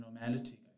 normality